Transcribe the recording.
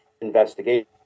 investigation